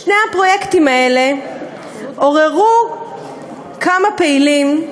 שני הפרויקטים האלה עוררו כמה פעילים,